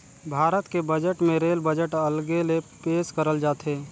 भारत के बजट मे rail budget अलगे ले पेस करल जाथे